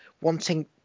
wanting